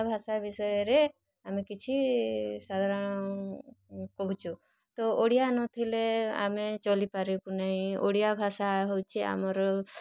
ଭାଷା ବିଷୟରେ ଆମେ କିଛି ସାଧାରଣ କହୁଛୁ ତ ଓଡ଼ିଆ ନଥିଲେ ଆମେ ଚଲି ପାରିବୁ ନାଇଁ ଓଡ଼ିଆ ଭାଷା ହୋଉଛି ଆମର